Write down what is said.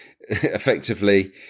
effectively